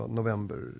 november